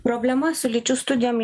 problema su lyčių studijom